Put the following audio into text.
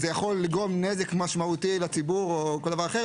-- זה יכול לגרום נזק משמעותי לציבור או כל דבר אחר.